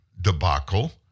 debacle